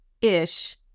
ish